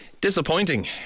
Disappointing